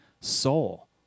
soul